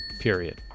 Period